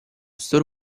store